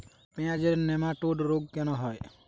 পেঁয়াজের নেমাটোড রোগ কেন হয়?